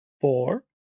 four